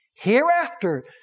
Hereafter